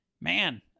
Man